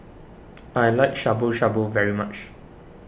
I like Shabu Shabu very much